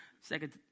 second